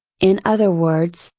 in other words,